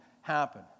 happen